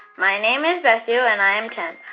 my name is sethu. and i am ten.